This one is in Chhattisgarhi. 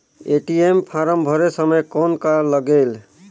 ए.टी.एम फारम भरे समय कौन का लगेल?